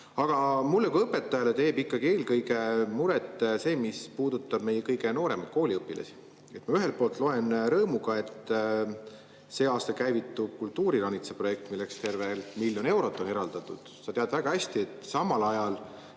Mulle kui õpetajale teeb ikkagi eelkõige muret see, mis puudutab meie kõige nooremaid kooliõpilasi. Ühelt poolt loen rõõmuga, et sel aastal käivitub kultuuriranitsa projekt, milleks on eraldatud tervelt miljon eurot. Aga sa tead väga hästi, et samal ajal